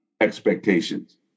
expectations